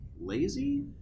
lazy